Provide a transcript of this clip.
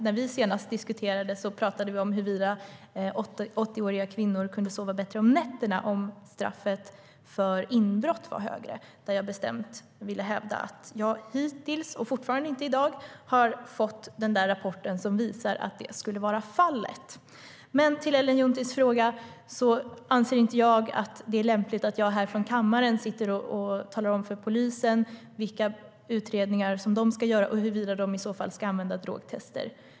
När vi senast diskuterade frågan pratade vi om huruvida 80-åriga kvinnor kunde sova bättre på nätterna om straffet för inbrott var högre. Jag vill bestämt hävda att jag hittills och fram till i dag inte har fått rapporten som visar att så skulle vara fallet. Men som svar på Ellen Junttis fråga anser jag inte att det är lämpligt att jag här från kammaren talar om för polisen vilka utredningar som ska göras och om man i så fall ska använda drogtester.